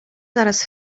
zaraz